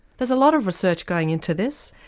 there's a lot of research going into this,